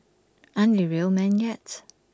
aren't they real men yet